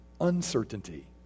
uncertainty